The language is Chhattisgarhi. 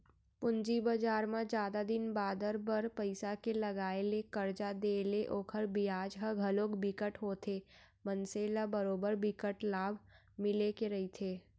पूंजी बजार म जादा दिन बादर बर पइसा के लगाय ले करजा देय ले ओखर बियाज ह घलोक बिकट होथे मनसे ल बरोबर बिकट लाभ मिले के रहिथे